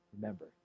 Remember